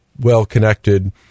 well-connected